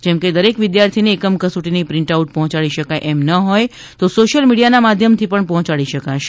જેમ કે દરેક વિદ્યાર્થીને એકમ કસોટીની પ્રિન્ટ આઉટ પહોંચાડી શકાય એમ ન હોય તો સોશિયલ મીડિયાના માધ્યમથી પણ પહોંચાડી શકાશે